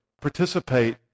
participate